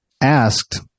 asked